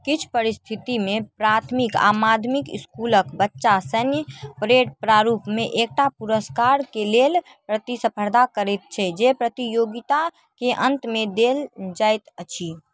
किछु परिस्थितिमे प्राथमिक आ माध्यमिक स्कूलक बच्चा सैन्य परेड प्रारूपमे एकटा पुरस्कारके लेल प्रतिस्पर्धा करैत छै जे प्रतियोगिताके अंतमे देल जायत अछि